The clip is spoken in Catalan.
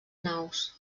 naus